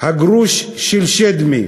"הגרוש של שדמי",